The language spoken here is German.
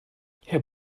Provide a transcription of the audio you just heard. herr